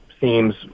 seems